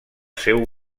seu